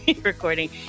recording